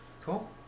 Cool